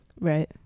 right